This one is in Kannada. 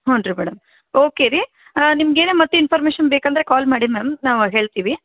ಹ್ಞೂ ರೀ ಮೇಡಮ್ ಓಕೆ ರೀ ನಿಮಗೆ ಏನೇ ಮತ್ತು ಇನ್ಫಾರ್ಮೇಷನ್ ಬೇಕಂದ್ರೆ ಕಾಲ್ ಮಾಡಿ ಮ್ಯಾಮ್ ನಾವು ಹೇಳ್ತೀವಿ